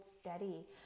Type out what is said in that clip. steady